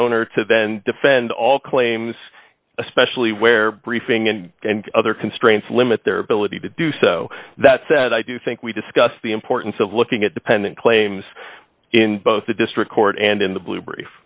owner to then defend all claims especially where briefing and and other constraints limit their ability to do so that said i do think we discussed the importance of looking at dependent claims in both the district court and in the blue brief